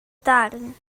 darn